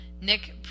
Nick